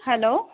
hello